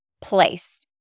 place